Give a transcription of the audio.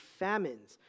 famines